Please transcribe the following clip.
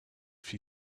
feet